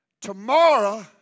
Tomorrow